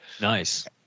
Nice